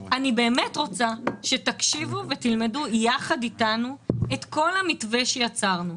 אני באמת רוצה שתקשיבו ותלמדו יחד אתנו את כל המתווה שיצרנו.